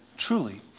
Truly